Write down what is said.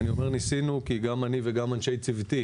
ניסינו זה גם אני וגם אנשי צוותי